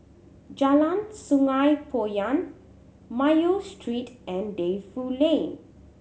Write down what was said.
Jalan Sungei Poyan Mayo Street and Defu Lane